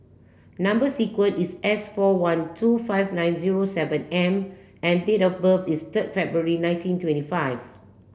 number sequence is S four one two five nine zero seven M and date of birth is third February nineteen twenty five